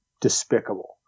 despicable